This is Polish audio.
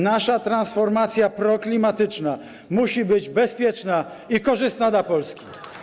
Nasza transformacja proklimatyczna musi być bezpieczna i korzystna dla Polski.